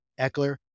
Eckler